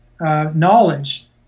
knowledge